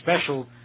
special